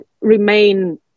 remain